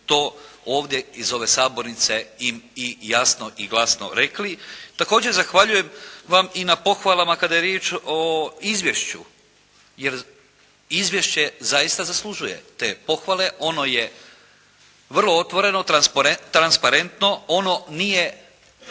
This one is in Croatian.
to ovdje iz ove sabornice im i jasno i glasno rekli. Također zahvaljujem vam i na pohvalama kada je riječ o izvješću, jer izvješće zaista zaslužuje te pohvale. Ono je vrlo otvoreno, transparentno, ono nije